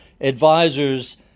advisors